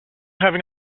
having